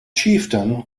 chieftain